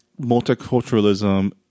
multiculturalism